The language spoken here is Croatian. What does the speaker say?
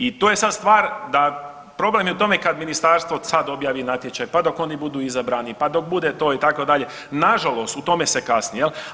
I to je sad stvar, da problem je u tome kad ministarstvo sad objavi natječaj, pa dok oni budu izabrani, pa dok bude to itd., nažalost u tome se kasni jel.